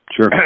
Sure